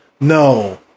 no